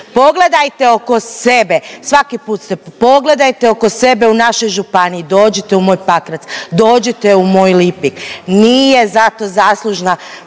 Pogledajte oko sebe, svaki put ste pogledajte oko sebe u našoj županiji, dođite u moj Pakrac, dođite u moj Lipik nije za to zaslužna